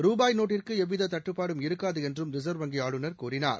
ரூபாய் நோட்டுக்கு எவ்வித தட்டுப்பாடும் இருக்காது என்றும் ரிசா்வ் வங்கி ஆளுநர் கூறினார்